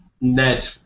Ned